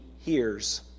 hears